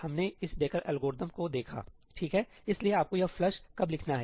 हमने इस Dekker algorithm Dekker's algorithm को देखा ठीक है इसलिए आपको यह फ्लश कब लिखना है